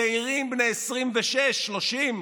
צעירים בני 26, 30,